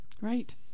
Right